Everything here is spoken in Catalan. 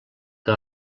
que